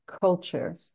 culture